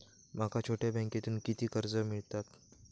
माका छोट्या बँकेतून किती कर्ज मिळात?